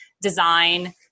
design